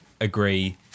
agree